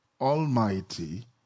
almighty